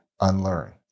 unlearn